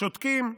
שותקים?